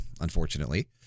unfortunately